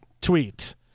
tweet